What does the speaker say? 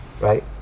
Right